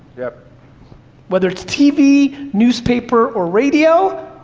yeah whether it's tv, newspaper, or radio,